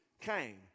came